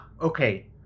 Okay